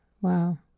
Wow